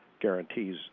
guarantees